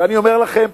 ואני אומר לכם,